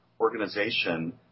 organization